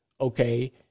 okay